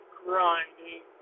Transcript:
grinding